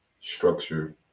structure